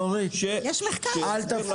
יש מחקר כזה.